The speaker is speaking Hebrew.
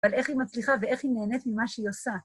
ועל איך היא מצליחה ואיך היא מעונת ממה שהיא עושה.